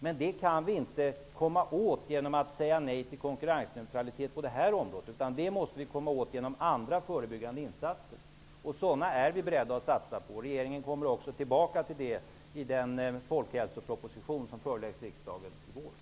Men det kan vi inte komma åt genom att säga nej till konkurrensneutralitet på det här området, utan det måste vi komma åt genom andra, förebyggande insatser. Sådana är vi beredda att göra. Regeringen kommer också tillbaka till det i den folkhälsoproposition som föreläggs riksdagen i vår.